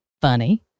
funny